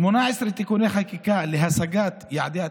ו-18 תיקוני חקיקה להשגת יעדי התקציב.